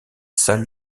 salle